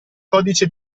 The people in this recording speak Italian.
codice